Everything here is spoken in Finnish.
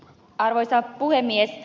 arvoisa puhemies